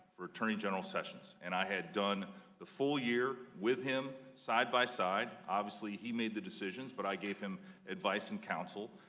for attorney general sessions. and i had done the whole year with him, side-by-side, obviously he made the decision but i gave him advice and counsel.